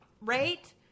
Right